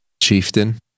Chieftain